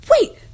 Wait